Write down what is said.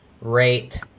rate